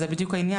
זה בדיוק העניין.